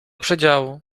przedziału